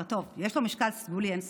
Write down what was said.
טוב, יש לו משקל סגולי, אין ספק.